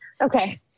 Okay